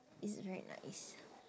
it's very nice